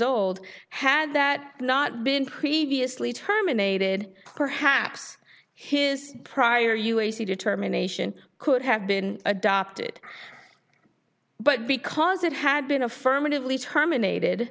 old had that not been previously terminated perhaps his prior u e c determination could have been adopted but because it had been affirmatively terminated